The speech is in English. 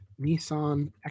Nissan